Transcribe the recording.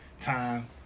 time